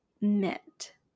met